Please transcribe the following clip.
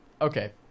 Okay